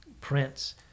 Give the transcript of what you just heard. prints